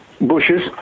Bushes